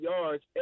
yards